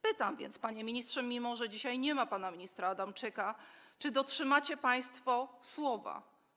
Pytam więc, panie ministrze, mimo że dzisiaj nie ma pana ministra Adamczyka: Czy dotrzymacie państwo słowa?